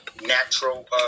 natural